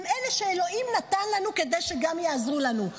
הם אלה שאלוהים נתן לנו כדי שגם יעזרו לנו.